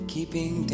Keeping